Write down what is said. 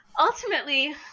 Ultimately